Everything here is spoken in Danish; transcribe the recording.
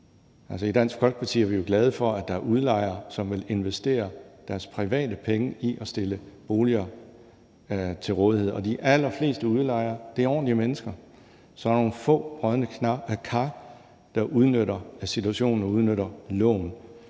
I Dansk Folkeparti er vi jo glade for, at der er udlejere, som vil investere deres private penge i at stille boliger til rådighed, og de allerfleste udlejere er ordentlige mennesker, og så er der nogle få brodne kar, der udnytter situationen og udnytter loven.